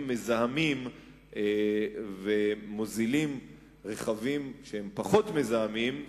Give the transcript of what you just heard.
מזהמים ומוזילים רכבים שהם פחות מזהמים,